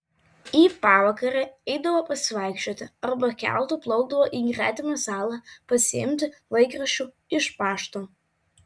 į pavakarę eidavo pasivaikščioti arba keltu plaukdavo į gretimą salą pasiimti laikraščių ir pašto